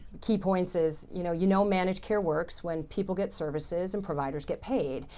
key points is, you know, you know managed care works when people get services and providers get paid.